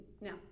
now